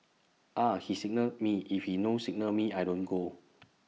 Ah He signal me if he no signal me I don't go